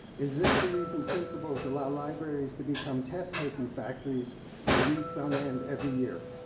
is this the reason principals allow libraries to become test taking factories for weeks on end every year?